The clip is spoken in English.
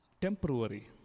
temporary